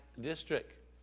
district